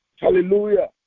Hallelujah